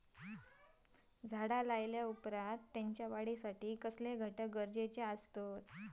झाड लायल्या ओप्रात त्याच्या वाढीसाठी कसले घटक गरजेचे असत?